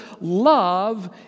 love